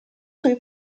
sui